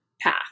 path